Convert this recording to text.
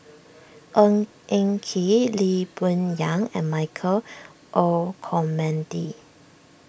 Ng Eng Kee Lee Boon Yang and Michael Olcomendy